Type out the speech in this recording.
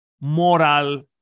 moral